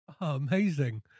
Amazing